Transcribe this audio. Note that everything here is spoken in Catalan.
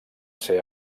ser